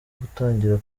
gutangira